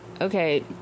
Okay